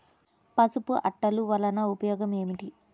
పసుపు అట్టలు వలన ఉపయోగం ఏమిటి?